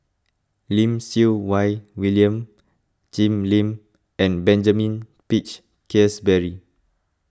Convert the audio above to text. Lim Siew Wai William Jim Lim and Benjamin Peach Keasberry